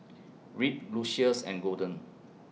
Reed Lucius and Golden